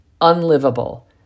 unlivable